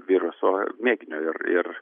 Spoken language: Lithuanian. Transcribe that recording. viruso mėginiu ir ir